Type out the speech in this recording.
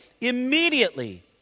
Immediately